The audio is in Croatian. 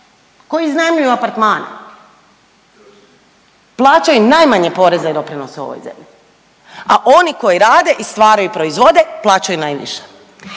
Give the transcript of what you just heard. koji iznajmljuju apartmane plaćaju najmanje poreza i doprinosa u ovoj zemlji, a oni koji rade i stvaraju i proizvode plaćaju najviše.